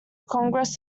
congress